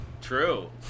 true